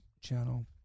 Channel